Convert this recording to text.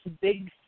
big